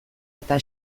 eta